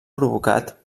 provocat